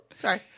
Sorry